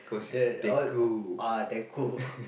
they all ah decor